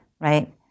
right